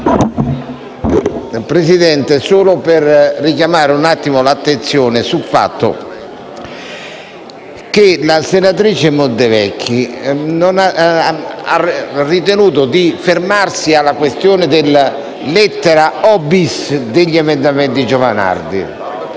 intervengo solo per richiamare l'attenzione sul fatto che la senatrice Montevecchi ha ritenuto di fermarsi alla questione della lettera *o)-bis* degli emendamenti presentati